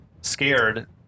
scared